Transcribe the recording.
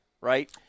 right